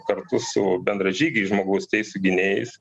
kartu su bendražygiais žmogaus teisių gynėjais